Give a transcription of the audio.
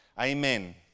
Amen